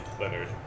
Leonard